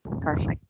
Perfect